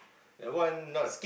that one not